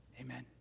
Amen